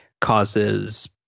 causes